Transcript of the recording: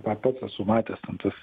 pa pats esu matęs ten tas